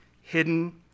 hidden